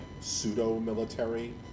pseudo-military